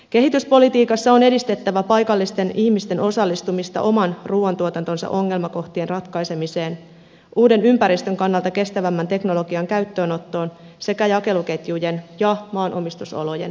kehityspolitiikassa on edistettävä paikallisten ihmisten osallistumista oman ruuantuotantonsa ongelmakohtien ratkaisemiseen uuden ympäristön kannalta kestävämmän teknologian käyttöönottoon sekä jakeluketjujen ja maanomistusolojen parantamiseen